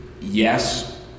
yes